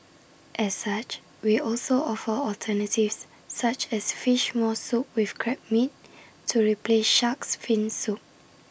as such we also offer alternatives such as Fish Maw Soup with Crab meat to replace Shark's fin soup